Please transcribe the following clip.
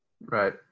Right